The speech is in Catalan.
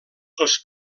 els